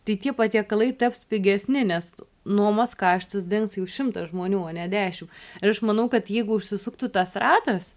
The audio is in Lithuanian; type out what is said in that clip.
tai tie patiekalai taps pigesni nes nuomos kaštus dengs jau šimtas žmonių o ne dešim ir aš manau kad jeigu užsisuktų tas ratas